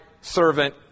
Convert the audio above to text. servant